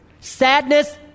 Sadness